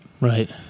Right